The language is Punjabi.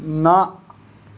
ਨਾ